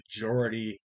majority